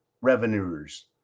revenues